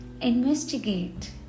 Investigate